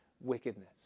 wickedness